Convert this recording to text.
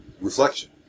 reflection